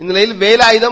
இந்நிலையில் வேலாயுதம்